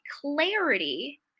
clarity